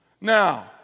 Now